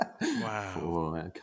Wow